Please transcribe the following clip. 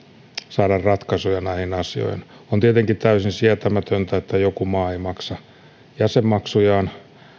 saada ratkaisuja näihin asioihin on tietenkin täysin sietämätöntä että joku maa ei maksa jäsenmaksujaan